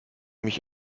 mich